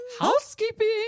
housekeeping